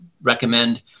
recommend